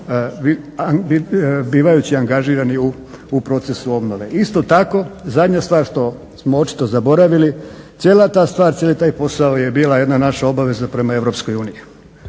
bivajući angažirani u procesu obnove. Isto tako, zadnja stvar što smo očito zaboravili, cijela ta stvar, cijeli taj posao je bila jedna naša obaveza prema